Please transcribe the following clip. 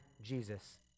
Jesus